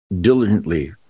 diligently